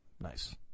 Nice